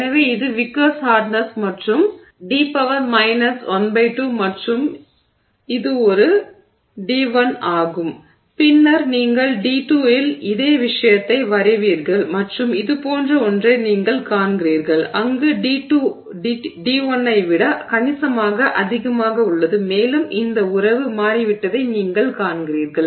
எனவே இது Vickers hardness மற்றும் டி பவர் மைனஸ் 12 மற்றும் இது ஒரு டி 1 ஆகும் பின்னர் நீங்கள் டி 2 இல் அதே விஷயத்தை வரைவீர்கள் மற்றும் இதுபோன்ற ஒன்றை நீங்கள் காண்கிறீர்கள் அங்கு டி 2 டி 1 ஐ விட கணிசமாக அதிகமாக உள்ளது மேலும் இந்த உறவு மாறிவிட்டதை நீங்கள் காண்கிறீர்கள்